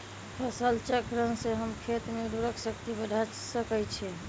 फसल चक्रण से हम खेत के उर्वरक शक्ति बढ़ा सकैछि?